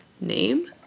name